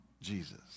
Jesus